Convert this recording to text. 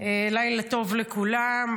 לילה טוב לכולם,